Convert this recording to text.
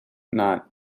not